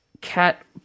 cat